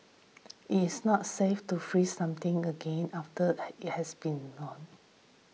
it is not safe to freeze something again after it has been thawed